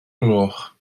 gloch